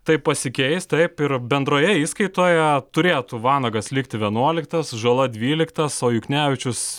tai pasikeis taip ir bendroje įskaitoje turėtų vanagas likti vienuoliktas žala dvyliktas o juknevičius